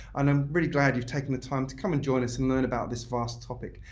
and i'm really glad you've taken the time to come and join us and learn about this vast topic.